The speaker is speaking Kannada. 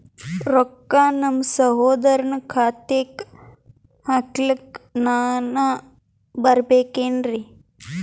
ರೊಕ್ಕ ನಮ್ಮಸಹೋದರನ ಖಾತಾಕ್ಕ ಹಾಕ್ಲಕ ನಾನಾ ಬರಬೇಕೆನ್ರೀ?